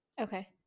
Okay